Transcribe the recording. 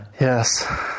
Yes